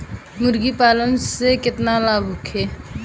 मुर्गीपालन से केतना लाभ होखे?